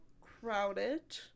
crowded